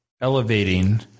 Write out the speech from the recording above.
elevating